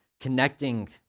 connecting